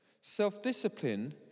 Self-discipline